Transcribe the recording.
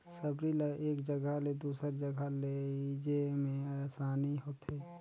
सबरी ल एक जगहा ले दूसर जगहा लेइजे मे असानी होथे